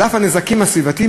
על אף הנזקים הסביבתיים,